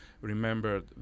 remembered